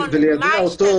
-- וליידע אותו,